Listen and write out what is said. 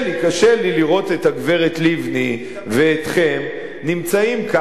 קשה לי לראות את הגברת לבני ואתכם נמצאים כאן,